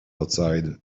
outside